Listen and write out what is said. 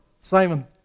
Simon